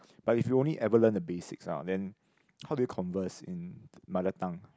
but if you only ever learn the basics ah then how do you converse in mother tongue